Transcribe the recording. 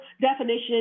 definition